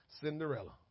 cinderella